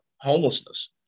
homelessness